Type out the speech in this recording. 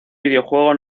videojuego